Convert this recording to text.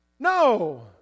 No